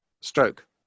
stroke